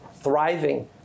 thriving